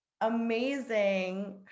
amazing